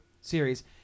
series